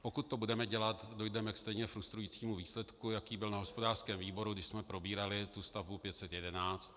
Pokud to budeme dělat, dojdeme k stejně frustrujícímu výsledku, jaký byl na hospodářském výboru, když jsme probírali tu stavbu 511.